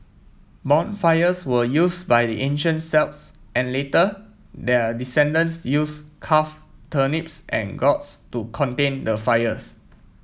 bonfires were used by the ancient Celts and later their descendents use carve turnips and gourds to contain the fires